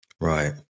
Right